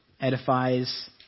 edifies